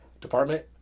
department